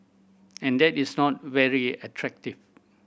and that is not very attractive